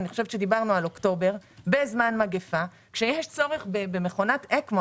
דיברנו על אוקטובר - בזמן מגפה שיש צורך במכונת אקמו,